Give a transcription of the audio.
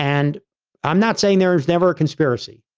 and i'm not saying there's never a conspiracy,